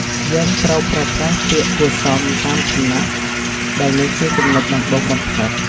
យើងត្រូវប្រើប្រាស់ពាក្យគួរសមតាមឋានៈ ដែលនេះជាចំណុចដំបូងបំផុត។